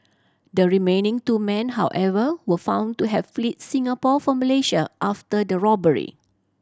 the remaining two men however were found to have fled Singapore for Malaysia after the robbery